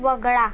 वगळा